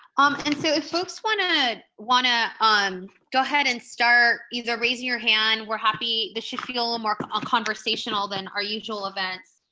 um and so if folks wanna wanna um um go ahead and start, either raise your hand, we're happy, this should feel ah more ah conversational than our usual events.